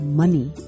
money